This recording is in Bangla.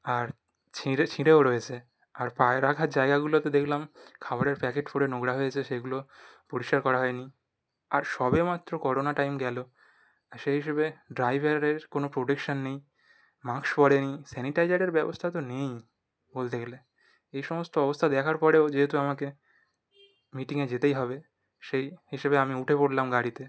আর ছিঁড়ে ছিঁড়েও রয়েছে আর পায় রাখার জায়গাগুলোতে দেখলাম খাবারের প্যাকেট পড়ে নোংরা হয়েছে সেগুলো পরিষ্কার করা হয় নি আর সবে মাত্র করোনা টাইম গেল সেই হিসেবে ড্রাইভারের কোনো প্রোটেকশান নেই মাস্ক পরে নি স্যানিটাইজারের ব্যবস্থা তো নেইই বলতে গেলে এই সমস্ত অবস্থা দেখার পরেও যেহেতু আমাকে মিটিংয়ে যেতেই হবে সেই হিসেবে আমি উঠে পড়লাম গাড়িতে